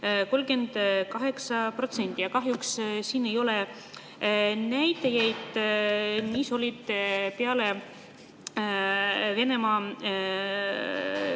38%, aga kahjuks siin ei ole näitajaid, mis olid peale Venemaa